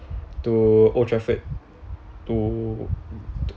to old trafford to